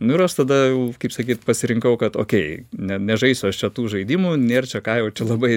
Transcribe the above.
nu ir aš tada jau kaip sakyt pasirinkau kad okei ne nežaisiu aš čia tų žaidimų nėra čia ką jau čia labai